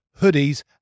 hoodies